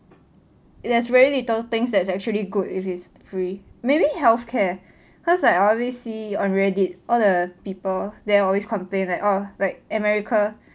it has very little things that is actually good if it's free maybe health care cause I always see on Reddit all the people there always complain like oh like america